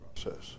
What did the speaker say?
process